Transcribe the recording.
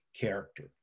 character